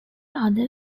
other